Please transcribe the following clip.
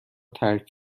ترک